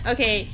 Okay